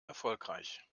erfolgreich